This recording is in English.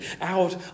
out